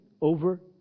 over